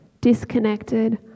disconnected